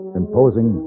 imposing